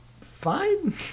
fine